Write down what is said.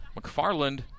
McFarland